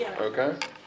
Okay